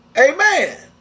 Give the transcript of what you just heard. Amen